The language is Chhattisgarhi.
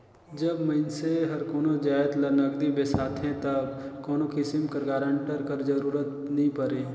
जब मइनसे हर कोनो जाएत ल नगदी बेसाथे तब कोनो किसिम कर गारंटर कर जरूरत नी परे